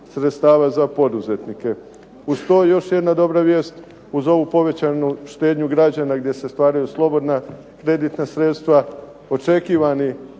sredstava za poduzetnike. Uz to još jedna dobra vijest uz ovu povećanu štednju građana gdje se stvaraju slobodna kreditna sredstva očekivani